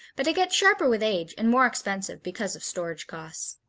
but it gets sharper with age and more expensive because of storage costs.